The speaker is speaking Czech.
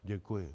Děkuji. .